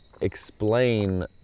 explain